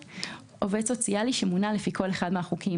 (11)עובד סוציאלי שמונה לפי כל אחד מהחוקים